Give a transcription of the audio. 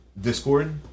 discord